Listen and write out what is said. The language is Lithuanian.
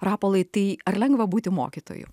rapolai tai ar lengva būti mokytoju